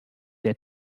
der